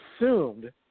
assumed